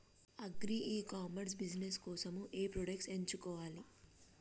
Agri ecommerce business కోసము ఏ products ఎంచుకోవాలి?